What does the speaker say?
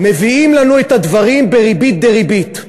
מביאה לנו את הדברים בריבית דריבית.